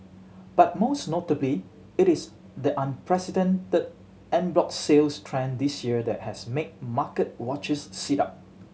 but most notably it is the unprecedented en bloc sales trend this year that has made market watchers sit up